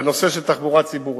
בנושא של תחבורה ציבורית.